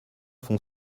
font